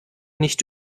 nicht